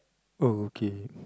okay